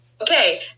Okay